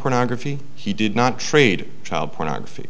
pornography he did not trade child pornography